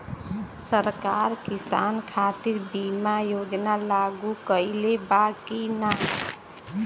सरकार किसान खातिर बीमा योजना लागू कईले बा की ना?